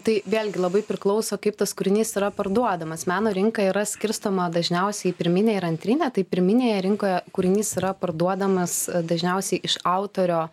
tai vėlgi labai priklauso kaip tas kūrinys yra parduodamas meno rinka yra skirstoma dažniausiai į pirminę ir į antrinę tai pirminėje rinkoje kūrinys yra parduodamas dažniausiai iš autorio